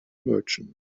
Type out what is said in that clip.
merchant